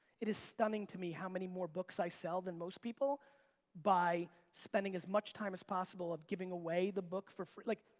it is stunning to me how many more books i sell than most people by spending as much time as possible giving away the book for free, like,